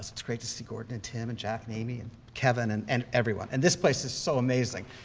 it's it's great to see gordon and tim and jack and amy and kevin and and everyone. and this place is so amazing,